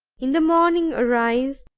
in the morning arise,